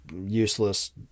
useless